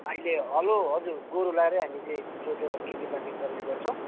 अहिले हलो हजुर गोरु लगाएर हामी चाहिँ जोतेर खेतीपाती गर्ने गर्छौँ